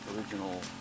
original